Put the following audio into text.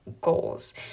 goals